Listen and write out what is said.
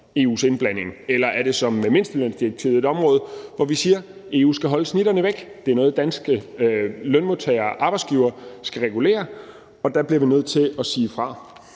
EU's indblanding, eller er det, som mindstelønsdirektivet et område, hvor vi siger: EU skal holde snitterne væk, det er noget, danske lønmodtagere og arbejdsgivere skal regulere, og der bliver vi nødt til at sige fra.